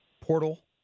portal